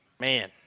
Man